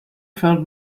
felt